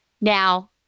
Now